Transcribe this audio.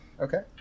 Okay